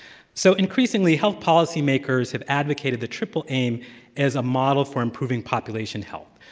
so, increasingly, health policy makers have advocated the triple aim as a model for improving population health.